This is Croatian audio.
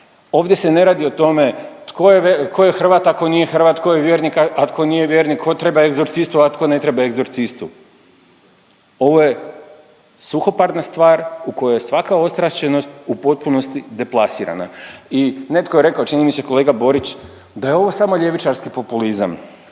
Ovdje se ne radi o tome tko je Hrvat, a tko nije Hrvat, tko je vjernik, a tko nije vjernik, tko treba egzorcistu, a tko ne treba egzorcistu. Ovo je suhoparna stvar u kojoj je svaka ostrašćenost u potpunosti deplasirana. I netko je rekao čini mi se kolega Borić da je ovo samo ljevičarski populizam.